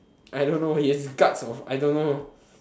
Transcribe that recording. I don't know he have guts of I don't know